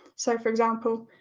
so for example,